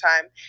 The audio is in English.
time